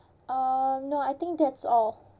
uh no I think that's all